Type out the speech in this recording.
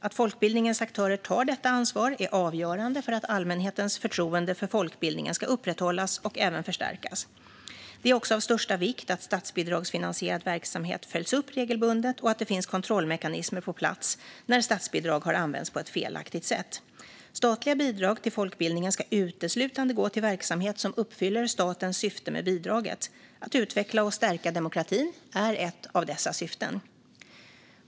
Att folkbildningens aktörer tar detta ansvar är avgörande för att allmänhetens förtroende för folkbildningen ska upprätthållas och även förstärkas. Det är också av största vikt att statsbidragsfinansierad verksamhet följs upp regelbundet och att det finns kontrollmekanismer på plats när statsbidrag har använts på ett felaktigt sätt. Statliga bidrag till folkbildningen ska uteslutande gå till verksamhet som uppfyller statens syften med bidraget. Att utveckla och stärka demokratin är ett av dessa syften.